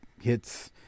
Hits